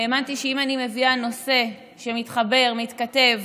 האמנתי שאם אני מביאה נושא שמתחבר, מתכתב